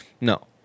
No